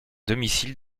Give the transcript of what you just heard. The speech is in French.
domicile